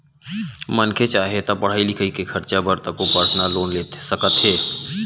मनखे चाहे ता पड़हई लिखई के खरचा बर घलो परसनल लोन ले सकत हे